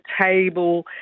table